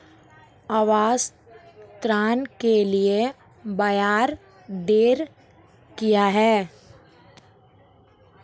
आवास ऋण के लिए ब्याज दर क्या हैं?